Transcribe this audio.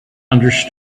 understood